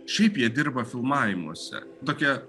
šiaip jie dirba filmavimuose tokie